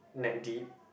Natt Deep